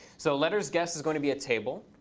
so lettersguessed is going to be a table.